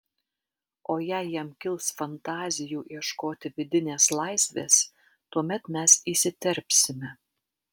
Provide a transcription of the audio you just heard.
o jei jam kils fantazijų ieškoti vidinės laisvės tuomet mes įsiterpsime